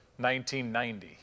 1990